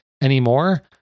anymore